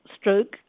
stroke